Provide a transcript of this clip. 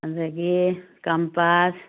ꯑꯗꯨꯗꯒꯤ ꯀꯝꯄꯥꯁ